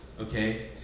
okay